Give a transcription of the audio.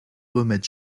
remèdes